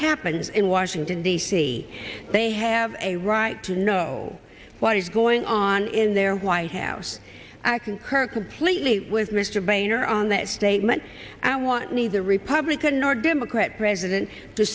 happens in washington d c they have a right to know what is going on in their white house i concur completely with mr boehner on that statement and want neither republican nor democrat president t